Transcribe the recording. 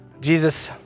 Jesus